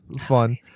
fun